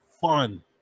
fun